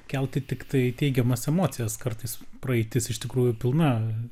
kelti tiktai teigiamas emocijas kartais praeitis iš tikrųjų pilna